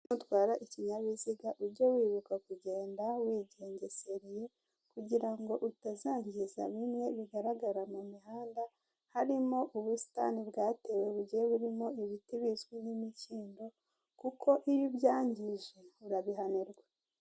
Nutwara ikinyabiziga ujye wibuka kugenda wigengesereye, kugirango utazangiza bimwe bigaragara mu mihanda, harimo ubusitani bwatewe bugiye burimo ibiti bizwi nk'imikindo, kuko iyo ibyangije urabihanirwa.